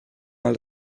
mal